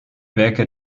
werke